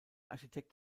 architekt